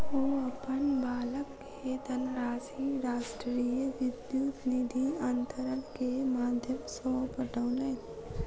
ओ अपन बालक के धनराशि राष्ट्रीय विद्युत निधि अन्तरण के माध्यम सॅ पठौलैन